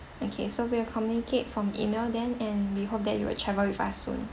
okay so we'll communicate from E-mail then and we hope that you will travel with us soon